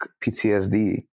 PTSD